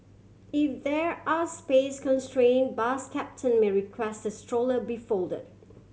if there are space constraint bus captain may requests that stroller be folded